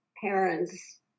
parents